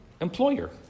employer